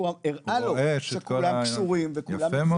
הראה לו שכולם קשורים וכולם --- יפה מאוד,